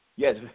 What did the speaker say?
Yes